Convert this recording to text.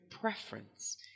preference